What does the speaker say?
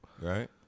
Right